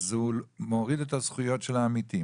אז הוא מוריד את הזכויות של העמיתים.